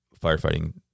firefighting